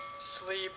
Sleep